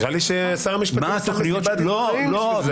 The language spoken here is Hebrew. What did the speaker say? נראה לי ששר המשפטים עשה מסיבת עיתונאים בשביל זה.